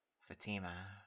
Fatima